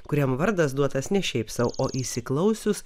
kuriam vardas duotas ne šiaip sau o įsiklausius